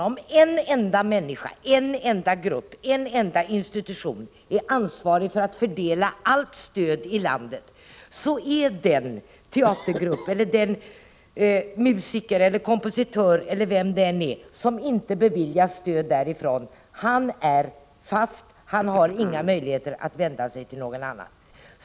Om en enda människa, en enda grupp, en enda institution, är ansvarig för fördelningen av allt stöd i landet är den teatergrupp, den musiker, den kompositör, eller vem det nu är fråga om, som inte beviljas stöd fast, han har inga möjligheter att vända sig till någon annan.